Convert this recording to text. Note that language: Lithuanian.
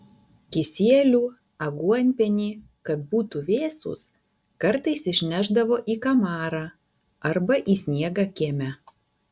kisielių aguonpienį kad būtų vėsūs kartais išnešdavo į kamarą arba į sniegą kieme